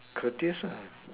courtesy